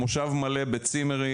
המושב מלא בצימרים,